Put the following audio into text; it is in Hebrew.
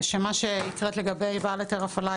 שעברו לחוק העיקרי.